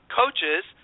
coaches